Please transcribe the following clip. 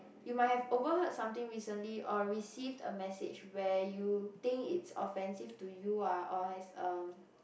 you might have overheard something recently or received a message where you think it's offensive to you ah or has a